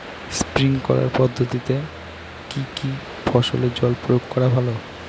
Sprinkler পদ্ধতিতে কি কী ফসলে জল প্রয়োগ করা ভালো?